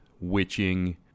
witching